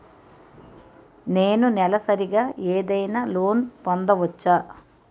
నేను నెలసరిగా ఏదైనా లోన్ పొందవచ్చా?